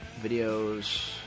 Videos